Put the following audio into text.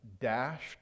dashed